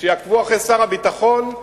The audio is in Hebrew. שיעקבו אחרי שר הביטחון,